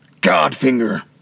Godfinger